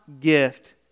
gift